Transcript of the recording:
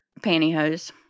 pantyhose